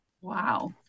wow